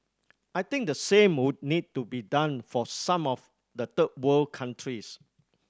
I think the same would need to be done for some of the third world countries